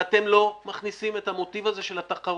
ואתם לא מכניסים את המוטיב הזה של התחרות.